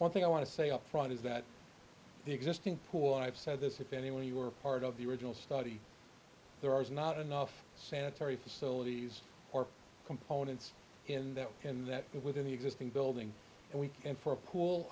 one thing i want to say up front is that the existing pool and i've said this if anyone you were part of the original study there is not enough sanitary facilities or components in that and that within the existing building and we and for a pool